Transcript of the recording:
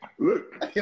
Look